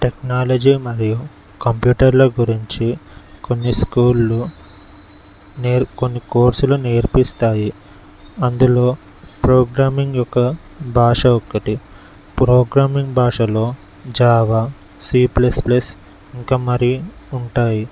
technology మరియు కంప్యూటర్ల గురించి కొన్ని స్కూళ్ళు నేర్ కొన్ని కోర్సులు నేర్పిస్తాయి అందులో ప్రోగ్రామింగ్ యొక్క భాష ఒకటి ప్రోగ్రామింగ్ భాషలో జావా సి ప్లస్ ప్లస్ ఇంకా మరి ఉంటాయి